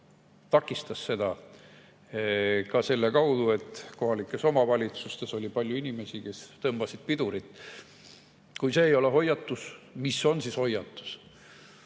takistas seda ka selle kaudu, et kohalikes omavalitsustes oli palju inimesi, kes tõmbasid pidurit. Kui see ei ole hoiatus, siis mis